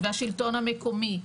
והשלטון המקומי,